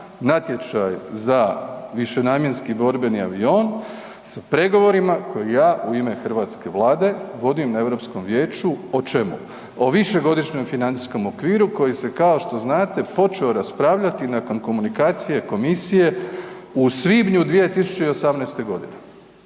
natječaj za višenamjenski borbeni avion s pregovorima koje ja u ime hrvatske Vlade vodim na Europskom vijeću, o čemu, o višegodišnjem financijskom okviru koji se kao što znate počeo raspravljati nakon komunikacije komisije u svibnju 2018. godine,